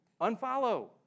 Unfollow